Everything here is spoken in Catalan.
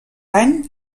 any